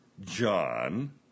John